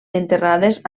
enterrades